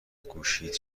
گوشیت